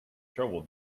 trouble